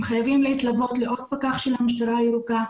הם חייבים להתלוות לעוד פקח של המשטרה הירוקה,